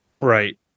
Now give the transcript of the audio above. Right